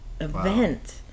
event